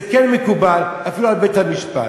וזה כן מקובל אפילו על בית-המשפט,